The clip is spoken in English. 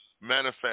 manifest